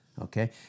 okay